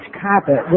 carpet